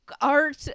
art